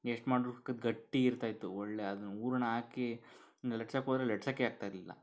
ಎಷ್ಟು ಮಾಡಿದರು ಗಟ್ಟಿ ಇರ್ತಾಯಿತ್ತು ಒಳ್ಳೆ ಅದನ್ನು ಹೂರಣ ಹಾಕಿ ಲಟ್ಸೋಕೆ ಹೋದರೆ ಲಟ್ಸೋಕೆ ಆಗ್ತಾಯಿರಲಿಲ್ಲ